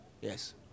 Yes